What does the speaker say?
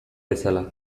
bezala